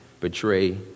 betray